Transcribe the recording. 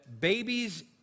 babies